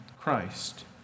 Christ